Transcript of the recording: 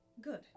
Good